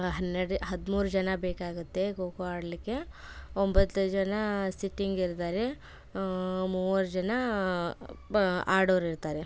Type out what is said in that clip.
ಹನ್ನೆರಡು ಹದಿಮೂರು ಜನ ಬೇಕಾಗುತ್ತೆ ಖೋ ಖೋ ಆಡಲಿಕ್ಕೆ ಒಂಬತ್ತು ಜನ ಸಿಟ್ಟಿಂಗ್ ಇರ್ತಾರೆ ಮೂರು ಜನ ಬ ಆಡೋವ್ರಿರ್ತಾರೆ